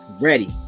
ready